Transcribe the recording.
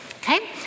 Okay